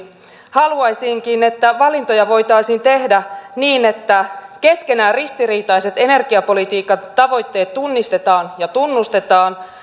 haluaisinkin että valintoja voitaisiin tehdä niin että keskenään ristiriitaiset energiapolitiikan tavoitteet tunnistetaan ja tunnustetaan